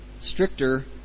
stricter